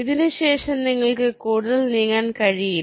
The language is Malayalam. ഇതിനുശേഷം നിങ്ങൾക്ക് കൂടുതൽ നീങ്ങാൻ കഴിയില്ല